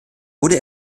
wurde